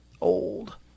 old